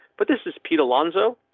but this is pete alonso.